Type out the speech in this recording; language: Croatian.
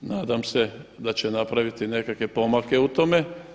Nadam se da će napraviti nekakve pomake u tome.